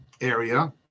area